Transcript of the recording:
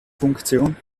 funktion